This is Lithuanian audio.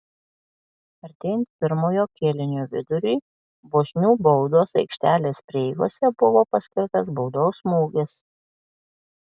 artėjant pirmojo kėlinio viduriui bosnių baudos aikštelės prieigose buvo paskirtas baudos smūgis